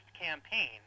campaign